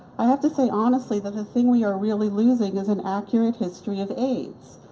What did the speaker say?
i have to say honestly that the thing we are really losing is an accurate history of aids,